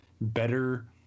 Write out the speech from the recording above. better